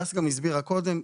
הדס גם הסבירה קודם,